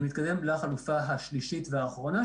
אני מתקדם לחלופה השלישית והאחרונה,